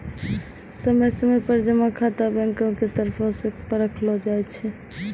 समय समय पर जमा खाता बैंको के तरफो से परखलो जाय छै